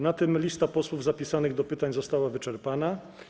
Na tym lista posłów zapisanych do pytań została wyczerpana.